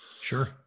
Sure